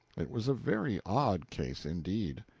it was a very odd case, indeed.